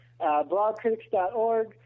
BlogCritics.org